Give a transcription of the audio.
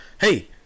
Hey